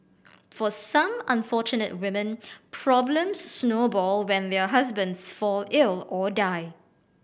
for some unfortunate women problems snowball when their husbands fall ill or die